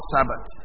Sabbath